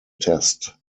test